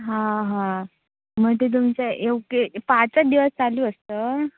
हां हां मग ते तुमचे एव के पाचच दिवस चालू असतं